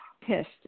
pissed